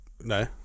No